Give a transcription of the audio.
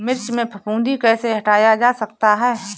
मिर्च में फफूंदी कैसे हटाया जा सकता है?